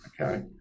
Okay